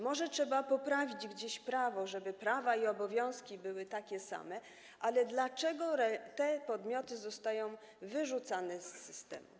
Może trzeba poprawić gdzieś prawo, żeby prawa i obowiązki były takie same, ale dlaczego te podmioty są wyrzucane z systemu?